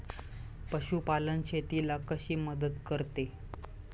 पशुपालन शेतीला कशी मदत करते?